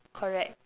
correct